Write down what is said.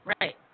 right